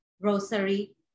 rosary